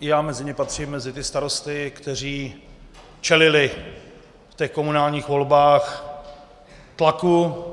I já mezi ně patřím, mezi ty starosty, kteří čelili v komunálních volbách tlaku